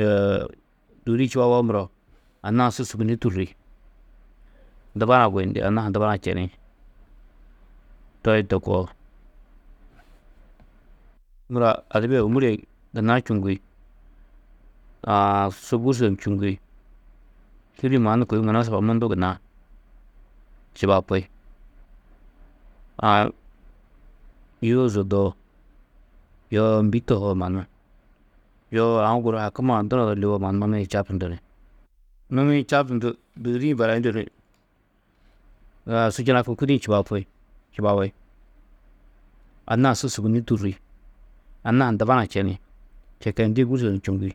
Yoo dûudi-ĩ čubaboo muro anna-ã su sûguni tûrri, dubana guyundi, anna-ã ha dubana čeni, to koo. Mura adiba yê ômure yê gunna čûuŋgi, aã su gûrso ni čûuŋgi, kûdi-ĩ mannu kôi munasiba mundu gunna čubapi. yûo di zodoo, yoo mbî tohoo mannu, yoo aũ guru hakumaa dunodo liwo mannu numi-ĩ čabtundu ni. Numi-ĩ čabtundu dûudi-ĩ barayundu ni su čunaku kûdi-ĩ čubapi, čubabi. Anna-ã su sûguni tûrri, anna-ã ha ni dubana čeni. Čekeyindi, gûrso ni čûuŋgi,